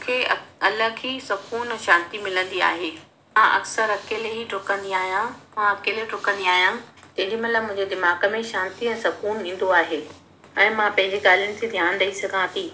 मूंखे अलॻि ई सुक़ून ऐं शांती मिलंदी आहे मां अक्सर अकेले ई ॾुकंदी आहियां मां अकेले ॾुकंदी आहियां तेॾीमहिल मुंहिंजे दिमाग़ में शांती ऐं सुक़ून ईंदो आहे ऐं मां पंहिंजी ॻाल्हियुनि ते ध्यानु ॾेई सघां थी